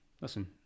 Listen